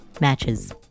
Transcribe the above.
matches